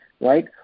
Right